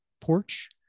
porch